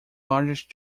largest